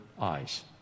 eyes